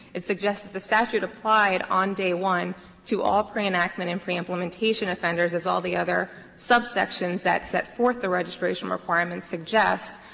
it suggests that the statute applied on day one to all pre-enactment and pre-implementation offenders as all the other subsections that set forth the registration requirements suggest,